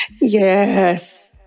Yes